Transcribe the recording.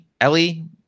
Ellie